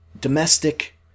domestic